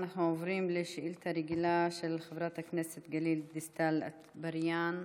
אנחנו עוברים לשאילתה רגילה של חברת הכנסת גלית דיסטל אטבריאן,